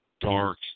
dark